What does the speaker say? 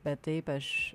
bet taip aš